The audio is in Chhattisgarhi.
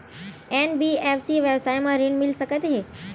एन.बी.एफ.सी व्यवसाय मा ऋण मिल सकत हे